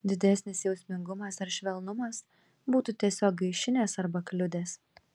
didesnis jausmingumas ar švelnumas būtų tiesiog gaišinęs arba kliudęs